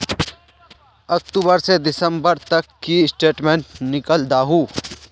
अक्टूबर से दिसंबर तक की स्टेटमेंट निकल दाहू?